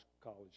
college